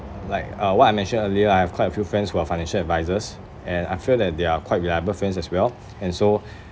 like uh what I mentioned earlier I have quite a few friends who are financial advisers and I feel that they are quite reliable friends as well and so